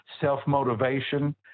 self-motivation